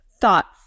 thoughts